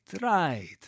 right